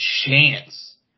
chance